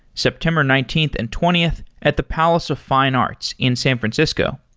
september nineteenth and twentieth at the palace of fine arts in san francisco.